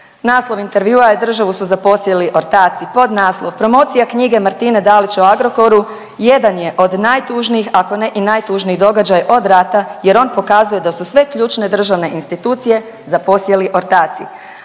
Naslov intervjua je: „Državu su zaposjeli ortaci“. Podnaslov: Promocija knjige Martine Dalić o Agrokoru jedan je od najtužnijih ako ne i najtužniji događaj od rata jer on pokazuje da su sve ključne državne institucije zaposjeli ortaci.